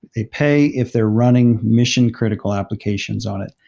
they pay if they're running mission-critical applications on it.